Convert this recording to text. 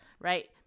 Right